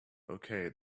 okay